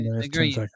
agree